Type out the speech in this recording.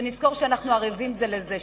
שנזכור שאנחנו ערבים זה לזה,